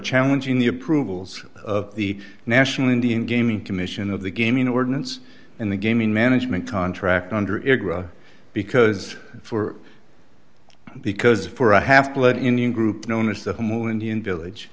challenging the approvals of the national indian gaming commission of the gaming ordinance in the gaming management contract under era because for because for a half blood indian group known as the moon indian village